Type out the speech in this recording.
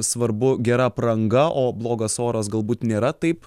svarbu gera apranga o blogas oras galbūt nėra taip